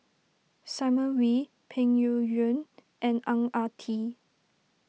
Simon Wee Peng Yuyun and Ang Ah Tee